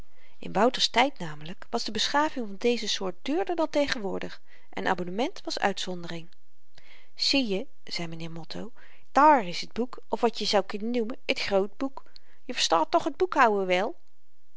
in wouter's tyd namelyk was de beschaving van deze soort duurder dan tegenwoordig en abonnement was uitzondering zieje zei m'nheer motto daar is t boek of wat je zou kunnen noemen t grootboek je verstaat toch t boekhouden wel